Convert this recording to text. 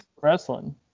wrestling